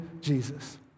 Jesus